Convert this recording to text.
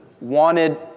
wanted